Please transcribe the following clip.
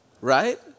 right